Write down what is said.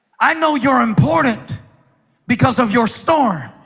i know you're important because of your storm